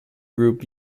group